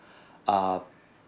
err